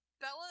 Bella